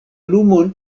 lumo